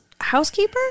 housekeeper